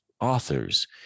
authors